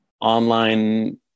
online